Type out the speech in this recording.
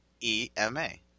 E-M-A